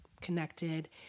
connected